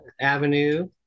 Avenue